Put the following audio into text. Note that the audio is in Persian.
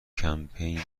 کمپین